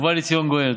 ובא לציון גואל.